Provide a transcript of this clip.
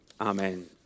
amen